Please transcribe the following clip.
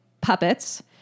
puppets